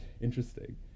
Interesting